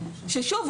ושוב,